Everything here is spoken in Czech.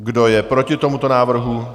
Kdo je proti tomuto návrhu?